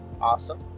awesome